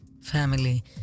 family